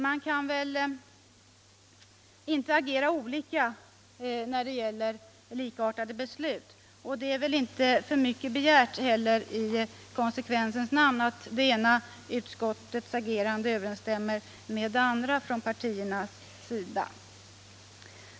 Man kan väl inte agera olika när det gäller likartade beslut, och det är i konsekvensens namn inte heller för mycket begärt att partiernas agerande i det ena utskottet överensstämmer med deras agerande i det andra.